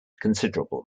considerable